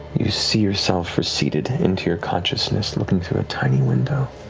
you see yourself receded into your consciousness looking through a tiny window.